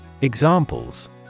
Examples